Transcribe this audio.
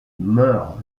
meurt